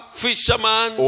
fisherman